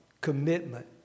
commitment